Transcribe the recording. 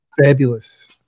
Fabulous